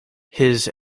his